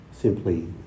simply